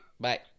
bye